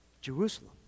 Jerusalem